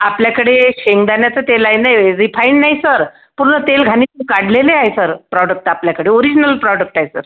आपल्याकडे शेंगदाण्याचं तेल आहे नाही रिफाईन नाही सर पूर्ण तेल घाणीतून काढलेलं आहे सर प्रोडक्ट आपल्याकडे ओरिजीनल प्रोडक्ट आहे सर